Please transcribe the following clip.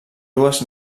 dues